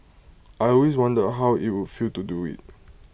I always wondered how IT would feel to do IT